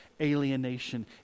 alienation